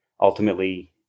ultimately